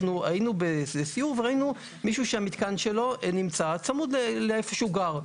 היינו בסיור וראינו מישהו שהמתקן שלו נמצא צמוד למקום בו הוא גר,